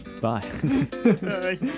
Bye